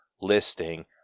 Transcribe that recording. listing